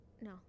no